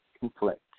conflict